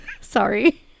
Sorry